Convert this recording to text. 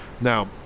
Now